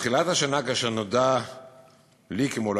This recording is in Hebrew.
בתחילת השנה, כאשר נודע לי, כמו לאחרים,